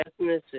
ethnicity